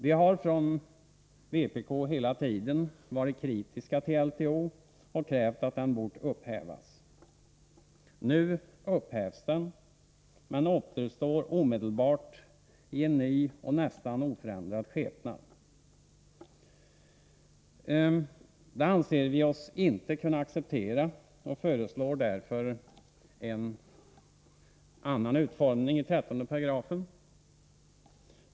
Vi har från vpk hela tiden varit kritiska till LTO och krävt att den bort upphävas. Nu upphävs den, men återuppstår omedelbart i en ny och nästan oförändrad skepnad. Det anser vi oss inte kunna acceptera och föreslår därför en annan utformning av 13§.